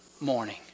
morning